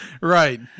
Right